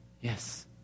Yes